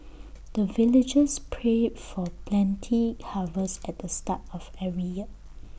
the villagers pray for plenty harvest at the start of every year